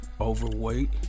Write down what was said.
overweight